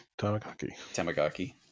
Tamagaki